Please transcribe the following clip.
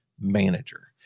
manager